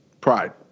Pride